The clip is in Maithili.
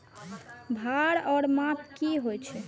भार ओर माप की होय छै?